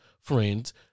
friends